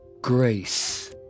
grace